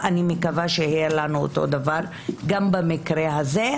אני מקווה שיהיה לנו גם במקרה הזה,